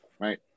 right